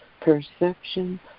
perception